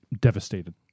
devastated